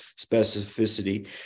specificity